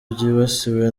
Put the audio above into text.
byibasiwe